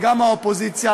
אדוני היושב-ראש,